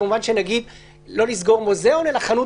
במובן שנניח לא נסגור מוזיאון אלא חנות